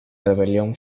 rebelión